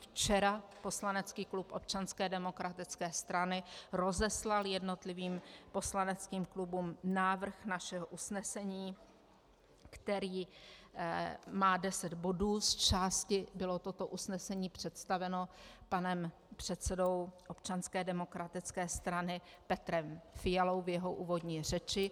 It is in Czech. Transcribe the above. Včera poslanecký klub Občanské demokratické strany rozeslal jednotlivým poslaneckým klubům návrh našeho usnesení, který má 10 bodů, zčásti bylo toto usnesení představeno panem předsedou Občanské demokratické strany Petrem Fialou v jeho úvodní řeči.